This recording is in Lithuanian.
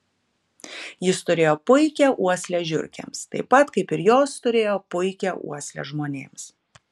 jis turėjo puikią uoslę žiurkėms taip pat kaip ir jos turėjo puikią uoslę žmonėms